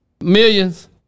Millions